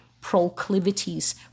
Proclivities